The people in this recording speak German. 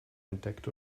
entdeckt